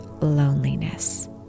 loneliness